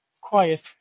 quiet